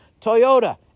Toyota